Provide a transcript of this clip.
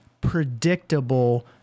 predictable